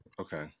Okay